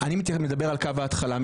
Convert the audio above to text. אני רוצה למחות על משהו שהפך להיות